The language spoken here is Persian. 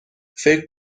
فکر